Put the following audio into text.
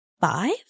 five